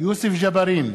יוסף ג'בארין,